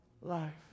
life